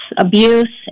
abuse